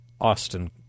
Austin